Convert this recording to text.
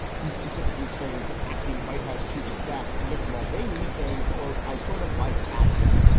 he specifically praised acting white house chief of staff mick mulvaney, saying, quote, i sort of like acting.